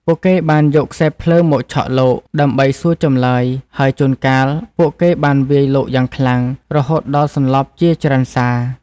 ពួកគេបាន យកខ្សែភ្លើងមកឆក់លោក ដើម្បីសួរចម្លើយ ហើយជួនកាល ពួកគេបានវាយលោកយ៉ាងខ្លាំង រហូតដល់សន្លប់ជាច្រើនសារ។